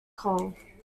kong